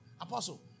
Apostle